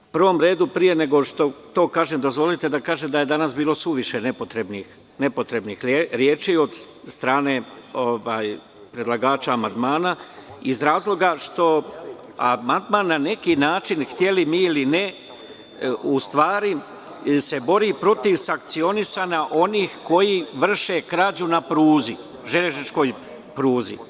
U prvom redu, pre nego što to kažem, dozvolite da kažem da je danas bilo suviše nepotrebnih reči od strane predlagača amandmana, iz razloga što amandman na neki način, hteli mi ili ne, u stvari se bori protiv sankcionisanja onih koji vrše krađu na železničkoj pruzi.